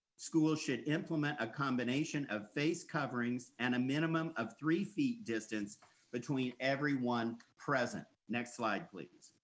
school should implement a combination of face coverings and a minimum of three feet distance between everyone present. next slide, please.